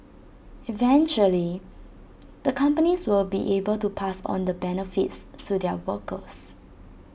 eventually the companies will be able to pass on the benefits to their workers